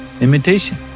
Imitation